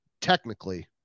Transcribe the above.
technically